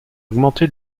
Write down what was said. augmenté